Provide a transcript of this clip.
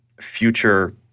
future